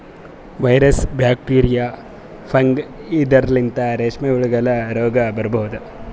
virus, bacteria, fungi ಇವದ್ರಲಿಂತ್ ರೇಶ್ಮಿ ಹುಳಗೋಲಿಗ್ ರೋಗ್ ಬರಬಹುದ್